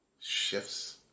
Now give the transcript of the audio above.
shifts